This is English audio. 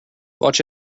watch